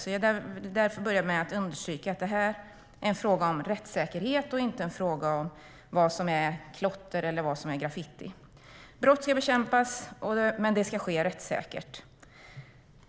Jag vill därför börja med att understryka att detta är en fråga om rättssäkerhet och inte en fråga om vad som är klotter eller vad som är graffiti. Brott ska bekämpas, men det ska ske rättssäkert.